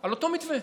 על אותו מתווה.